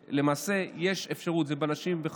זה בלשים,